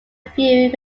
few